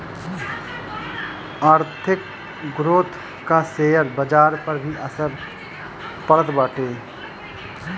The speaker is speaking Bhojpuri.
आर्थिक ग्रोथ कअ शेयर बाजार पअ भी असर पड़त बाटे